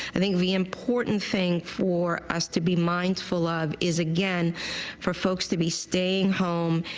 i think the important thing for us to be mindful of is again for folks to be staying home,